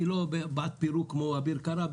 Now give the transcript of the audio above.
אני לא בעד פירוק כמו אביר קארה.